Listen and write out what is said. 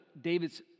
David's